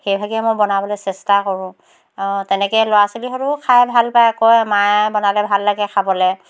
সেইভাগেই মই বনাবলৈ চেষ্টা কৰোঁ তেনেকৈ ল'ৰা ছোৱালীহঁতেও খাই ভাল পায় কয় মায়ে বনালে ভাল লাগে খাবলৈ